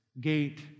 gate